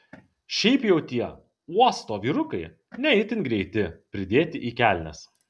šiaip jau tie uosto vyrukai ne itin greiti pridėti į kelnes